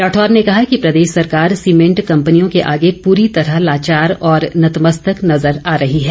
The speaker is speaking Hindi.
राठौर ने कहा कि प्रदेश सरकार सीमेंट कम्पनियों के आगे परी तरह लाचार और नतमस्तक नजर आ रही है